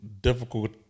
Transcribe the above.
difficult